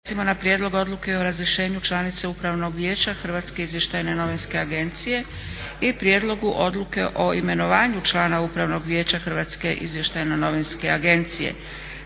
a/ Prijedlog odluke o razrješenju članice Upravnog vijeća Hrvatske izvještajne novinske agencije i b/ Prijedlog odluke o imenovanju člana Upravnog vijeća Hrvatske izvještajne novinske agencije